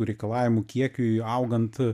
tų reikalavimų kiekiui augant